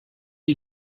you